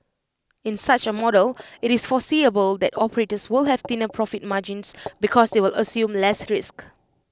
in such A model IT is foreseeable that operators will have thinner profit margins because they will assume less risk